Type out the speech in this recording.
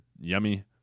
yummy